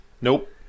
Nope